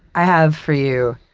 i have for you,